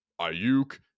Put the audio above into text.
Ayuk